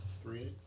Three